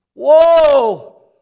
Whoa